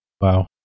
Wow